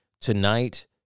Tonight